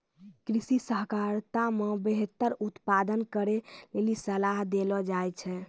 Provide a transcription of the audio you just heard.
कृषि सहकारिता मे बेहतर उत्पादन करै लेली सलाह देलो जाय छै